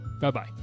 Bye-bye